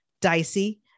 dicey